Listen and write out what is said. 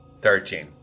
Thirteen